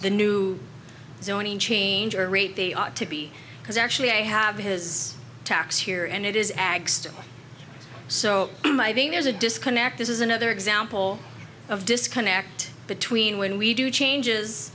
the new zoning change or rate they ought to be because actually i have his tax here and it is ag so there's a disconnect this is another example of disconnect between when we do changes